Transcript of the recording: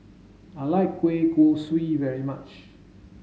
I like Kueh Kosui very much